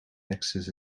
axis